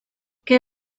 qué